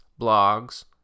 blogs